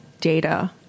data